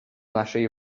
naszej